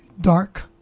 dark